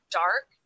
dark